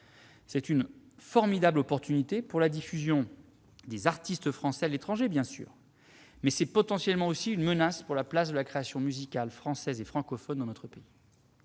C'est une formidable opportunité pour la diffusion des artistes français à l'étranger, mais c'est aussi, potentiellement, une menace pour la place de la création musicale française et francophone dans notre pays.